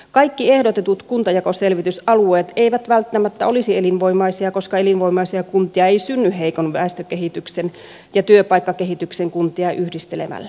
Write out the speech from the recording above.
kaikki ehdotetut kuntajakoselvitysalueet eivät välttämättä olisi elinvoimaisia koska elinvoimaisia kuntia ei synny heikon väestökehityksen ja työpaikkakehityksen kuntia yhdistelemällä